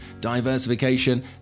diversification